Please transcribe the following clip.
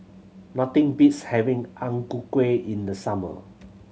nothing beats having Ang Ku Kueh in the summer